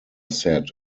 set